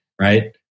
right